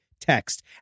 text